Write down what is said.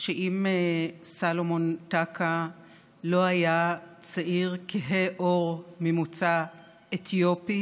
שאם סלומון טקה לא היה צעיר כהה עור ממוצא אתיופי